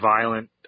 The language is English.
violent